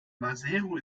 maseru